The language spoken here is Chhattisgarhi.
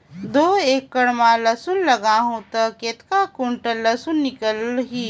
दो एकड़ मां लसुन लगाहूं ता कतेक कुंटल लसुन निकल ही?